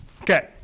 Okay